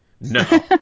No